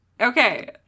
okay